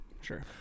sure